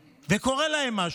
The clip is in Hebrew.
וקורה להם משהו.